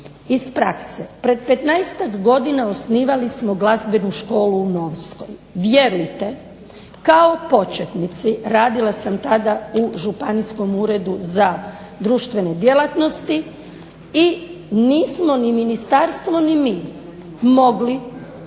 Iz prakse prije petnaestak godina osnivali smo Glazbenu školu u Novskoj. Vjerujte kao početnici radila sam tada u Županijskom uredu za društvene djelatnosti i nismo ni ministarstvo ni mi mogli